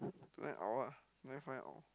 tonight out ah night find out